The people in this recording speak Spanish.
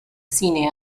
cine